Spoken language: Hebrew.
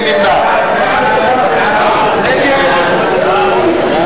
מי